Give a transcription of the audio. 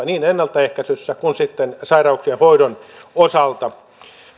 niin ennaltaehkäisyssä kuin sitten sairauksien hoidon osalta